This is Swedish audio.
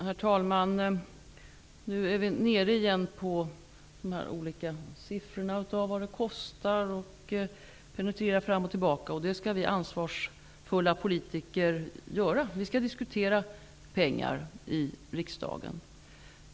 Herr talman! Nu talar vi återigen om de olika siffrorna för vad detta kostar. Vi diskuterar fram och tillbaka, och det skall vi ansvarsfulla politiker göra. Vi skall diskutera pengar i riksdagen.